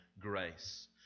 grace